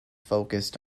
focused